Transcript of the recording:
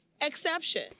exception